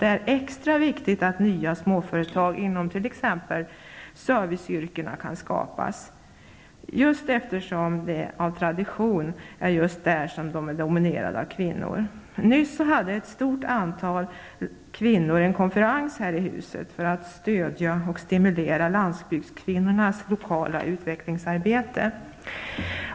Det är extra viktigt att nya småföretag inom t.ex. serviceyrken kan skapas, eftersom dessa av tradition är dominerade av kvinnor. Nyss hade ett stort antal kvinnor en konferens här i huset för att stödja och stimulera landsbyggdskvinnornas lokala utvecklingsarbete.